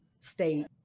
state